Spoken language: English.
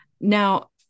Now